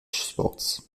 sports